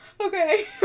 Okay